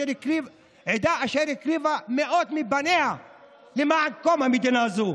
עדה אשר הקריבה מאות מבניה למען קום המדינה הזו.